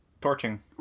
torching